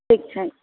ठीक छै